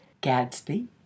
Gadsby